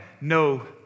no